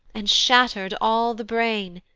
and shatter'd all the brain,